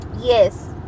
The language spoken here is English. yes